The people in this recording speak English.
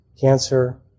cancer